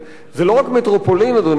זה לא רק מטרופולין, אדוני היושב-ראש.